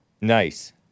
Nice